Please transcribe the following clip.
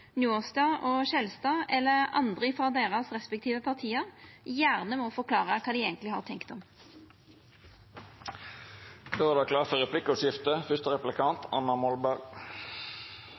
og Skjelstad eller andre frå deira respektive parti gjerne må forklara kva dei eigentleg har tenkt om. Det vert replikkordskifte.